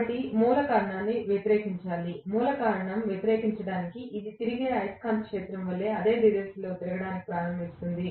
కాబట్టి మూల కారణాన్ని వ్యతిరేకించాలి మూల కారణాన్ని వ్యతిరేకించటానికి ఇది తిరిగే అయస్కాంత క్షేత్రం వలె అదే దిశలో తిరగడం ప్రారంభిస్తుంది